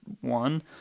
one